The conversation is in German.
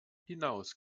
hinaus